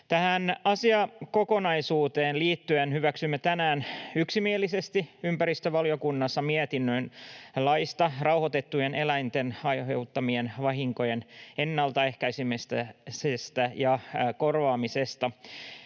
Tähän asiakokonaisuuteen liittyen hyväksyimme tänään yksimielisesti ympäristövaliokunnassa mietinnön laista rauhoitettujen eläinten aiheuttamien vahinkojen ennaltaehkäisemisestä ja korvaamisesta.